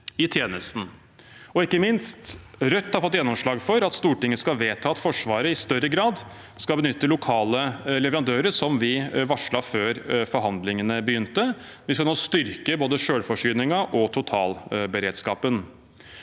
minst har Rødt fått gjennomslag for at Stortinget skal vedta at Forsvaret i større grad skal benytte lokale leverandører, som vi varslet før forhandlingene begynte. Vi skal nå styrke både selvforsyningen og totalberedskapen.